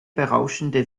berauschende